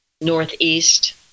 northeast